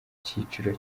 cyiciro